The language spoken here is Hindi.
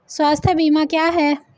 स्वास्थ्य बीमा क्या है?